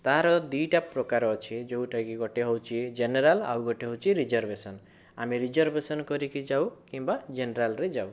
ତା ର ଦୁଇ ଟା ପ୍ରକାର ଅଛି ଯେଉଁଟାକି ଗୋଟିଏ ହେଉଛି ଜେନେରାଲ ଆଉ ଗୋଟିଏ ହେଉଛି ରିଜର୍ଭେସନ ଆମେ ରିଜର୍ଭେସନ କରିକି ଯାଉ କିମ୍ବା ଜେନେରାଲରେ ଯାଉ